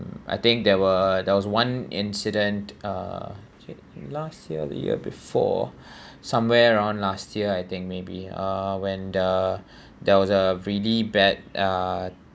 I think there were there was one incident uh last year or the year before somewhere around last year I think maybe uh when uh there was a really bad uh